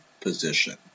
position